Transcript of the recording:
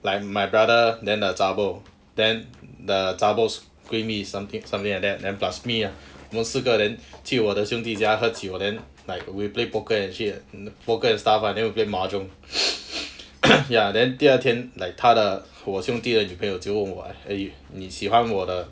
like my brother then the zha-bor then the zha-bor's 闺蜜 something something like that and plus me ah 我们四个人 then 去我的兄弟家喝酒 then like we play poker and hit the poker and stuff ah then we play mahjong ya then 第二天 like 他的我兄弟的女朋友就问我 eh 你喜欢我的